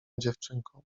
dziewczynką